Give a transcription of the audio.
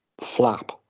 flap